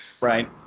Right